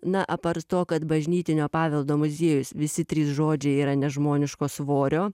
na apart to kad bažnytinio paveldo muziejus visi trys žodžiai yra nežmoniško svorio